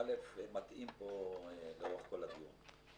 א', מטעים פה לאורך כל הדיון.